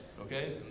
okay